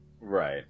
Right